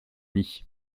nids